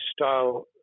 style